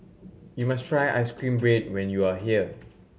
you must try ice cream bread when you are here